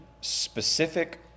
specific